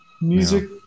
Music